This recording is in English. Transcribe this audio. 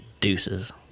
deuces